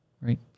right